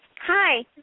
Hi